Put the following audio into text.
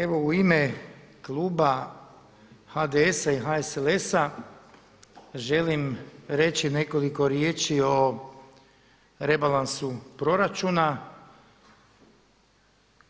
Evo u ime kluba HDS-HSLS-a želim reći nekoliko riječi o rebalansa proračuna